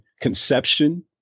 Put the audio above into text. conception